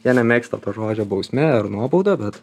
jie nemėgsta to žodžio bausmė ar nuobauda bet